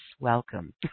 Welcome